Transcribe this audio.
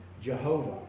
Jehovah